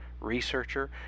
researcher